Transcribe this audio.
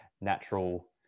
natural